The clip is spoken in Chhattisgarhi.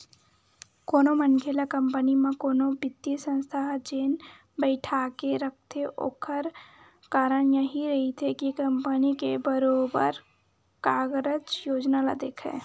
कोनो मनखे ल कंपनी म कोनो बित्तीय संस्था ह जेन बइठाके रखथे ओखर कारन यहीं रहिथे के कंपनी के बरोबर कारज योजना ल देखय